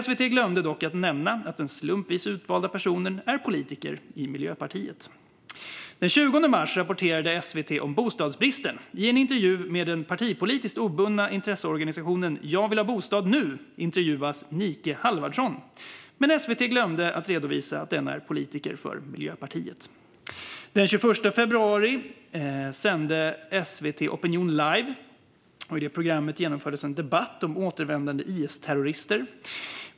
SVT glömde dock nämna att den slumpvis utvalda personen är politiker för Miljöpartiet. Den 20 mars rapporterade SVT om bostadsbristen. I en intervju med den partipolitiskt obundna intresseorganisationen Jag vill ha bostad nu intervjuades Nike Halvardsson, men SVT glömde redovisa att hon är politiker för Miljöpartiet. Den 21 februari sändes SVT:s Opinion l ive . I programmet genomfördes en debatt om återvändande IS-terrorister.